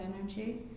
energy